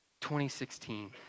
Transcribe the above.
2016